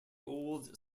old